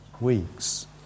weeks